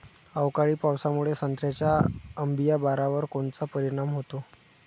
अवकाळी पावसामुळे संत्र्याच्या अंबीया बहारावर कोनचा परिणाम होतो?